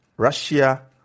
Russia